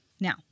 Now